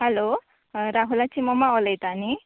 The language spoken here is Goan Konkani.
हॅलो होय राहुलाची मम्मा उलयता न्ही